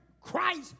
Christ